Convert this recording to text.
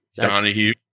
Donahue